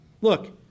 Look